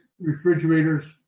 refrigerators